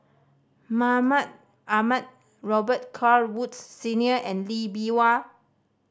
Mahmud Ahmad Robet Carr Woods Senior and Lee Bee Wah